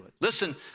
Listen